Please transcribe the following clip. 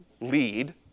lead